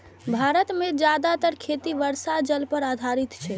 भारत मे जादेतर खेती वर्षा जल पर आधारित छै